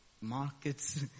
markets